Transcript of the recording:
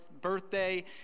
birthday